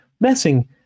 Messing